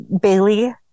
bailey